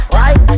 right